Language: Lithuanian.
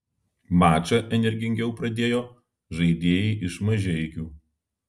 mačą energingiau pradėjo žaidėjai iš mažeikių